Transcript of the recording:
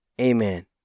Amen